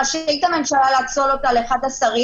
רשאית הממשלה לאצול אותה לאחד השרים.